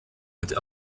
mit